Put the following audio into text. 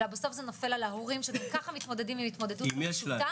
אלא בסוף זה נופל על ההורים שגם ככה מתמודדים עם התמודדות במצוקה,